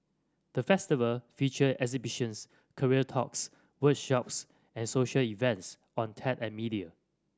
the Festival featured exhibitions career talks workshops and social events on tech and media